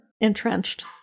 Entrenched